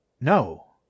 No